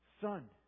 son